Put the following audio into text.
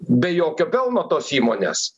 be jokio pelno tos įmonės